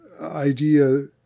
idea